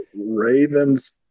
Ravens